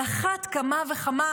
על אחת כמה וכמה